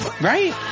Right